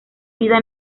vida